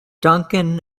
duncan